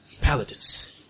Paladins